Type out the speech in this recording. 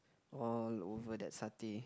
all over that satay